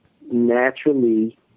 naturally